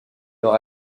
leur